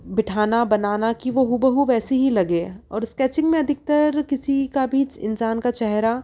बिठाना बनाना कि वो हूबहू वैसी ही लगे और स्केचिंग में अधिकतर किसी का भी इंसान का चेहरा